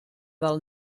del